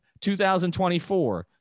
2024